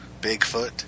Bigfoot